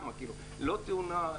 לא תאונה,